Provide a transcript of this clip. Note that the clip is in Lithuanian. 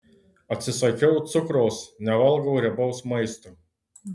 atsisakiau cukraus nevalgau riebaus maisto